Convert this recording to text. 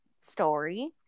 story